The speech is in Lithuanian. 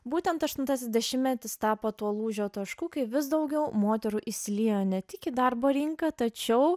būtent aštuntasis dešimtmetis tapo tuo lūžio tašku kai vis daugiau moterų įsiliejo ne tik į darbo rinką tačiau